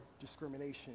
discrimination